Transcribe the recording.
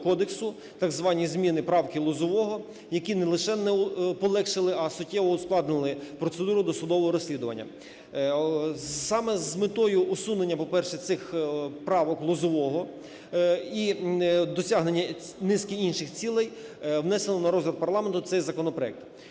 так звані зміни, "правки Лозового", які не лише не полегшили, а суттєво ускладнили процедуру досудового розслідування. Саме з метою усунення, по-перше, цих "правок Лозового" і досягнення низки інших цілей, внесено на розгляд парламенту цей законопроект.